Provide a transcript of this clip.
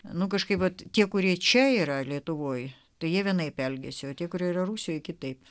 nu kažkaip vat tie kurie čia yra lietuvoje tai jie vienaip elgiasi o tie kurie yra rusijoje kitaip